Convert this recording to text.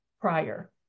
prior